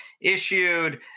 issued